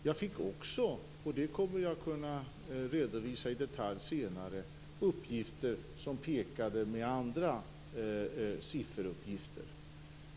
Jag fick också, och det kommer jag att kunna redovisa i detalj senare, andra sifferuppgifter.